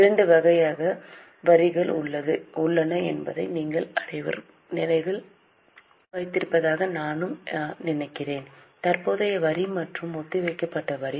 இரண்டு வகையான வரிகள் உள்ளன என்பதை நீங்கள் அனைவரும் நினைவில் வைத்திருப்பதாக நான் நினைக்கிறேன் தற்போதைய வரி மற்றும் ஒத்திவைக்கப்பட்ட வரி